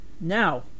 Now